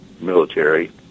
military